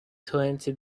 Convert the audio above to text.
twenty